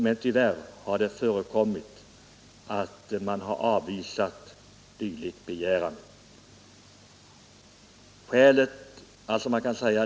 Men tyvärr har det förekommit att begäran härom har avvisats.